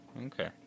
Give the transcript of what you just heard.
Okay